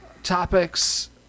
topics